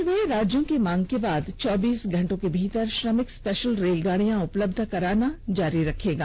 झढ railway राज्यों की मांग के बाद चौबीस घंटे के भीतर श्रमिक स्पेषल रेलगाडियां उपलब्ध कराना जारी रखेगी